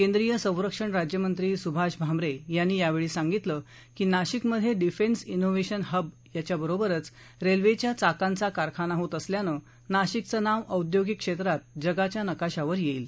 केंद्रीय संरक्षण राज्यमंत्री सुभाष भामरे यांनी यावेळी सांगितलं की नाशिकमध्ये डिफेन्स इनोव्हेशन हबबरोबरच रेल्वेच्या चाकांचा कारखाना होत असल्यानं नाशिकचं नाव औद्योगिक क्षेत्रात जगाच्या नकाशावर येईल